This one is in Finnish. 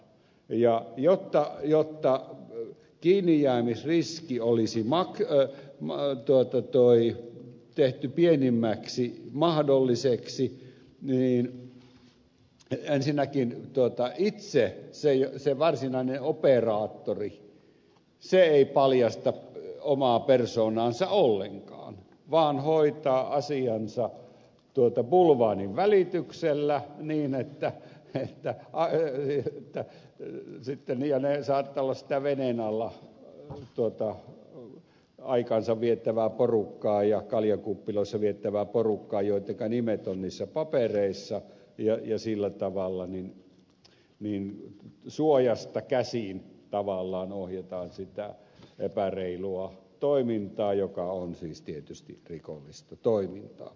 ja jotta kiinnijäämisriski olisi tehty pienimmäksi mahdolliseksi niin ensinnäkin se itse varsinainen operaattori ei paljasta omaa persoonaansa ollenkaan vaan hoitaa asiansa bulvaanin välityksellä ne saattavat olla sitä veneen alla ja kaljakuppiloissa aikaansa viettävää porukkaa joittenka nimet on niissä papereissa ja sillä tavalla tavallaan suojasta käsin ohjataan sitä epäreilua toimintaa joka on siis tietysti rikollista toimintaa